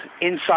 inside